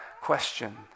question